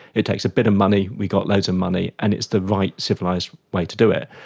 it takes a bit of money. we've got loads of money. and it's the right civilised way to do it.